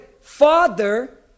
Father